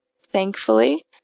thankfully